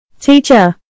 Teacher